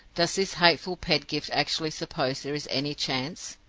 does this hateful pedgift actually suppose there is any chance?